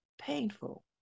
painful